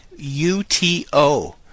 UTO